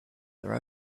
their